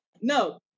no